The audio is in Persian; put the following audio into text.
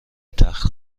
تخت